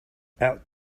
out